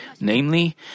Namely